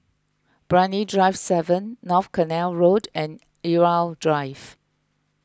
Brani Drive seven North Canal Road and Irau Drive